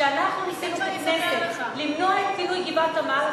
אנחנו ניסינו בכנסת למנוע את פינוי גבעת-עמל,